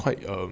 quite um